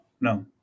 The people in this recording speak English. no